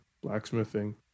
blacksmithing